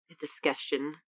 discussion